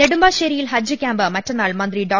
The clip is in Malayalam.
നെടുമ്പാശേരിയിലെ ഹജ്ജ് ക്യാംപ് മറ്റന്നാൾ മന്ത്രി ഡോ